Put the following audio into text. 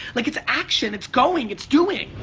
like it's action. it's going, it's doing.